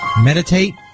Meditate